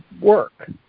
work